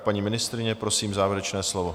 Paní ministryně, prosím, závěrečné slovo.